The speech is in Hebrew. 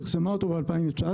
פרסמה אותו ב-2019,